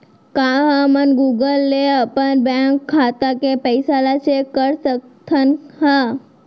का हमन गूगल ले अपन बैंक खाता के पइसा ला चेक कर सकथन का?